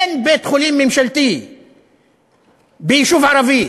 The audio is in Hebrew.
אין בית-חולים ממשלתי ביישוב ערבי,